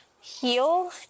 heal